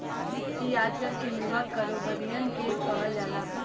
ई आजकल के युवा कारोबारिअन के कहल जाला